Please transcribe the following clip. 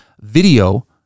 video